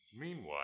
meanwhile